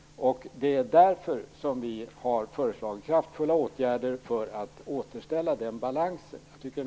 Det är därför som vi har föreslagit kraftfulla åtgärder för att återställa balansen.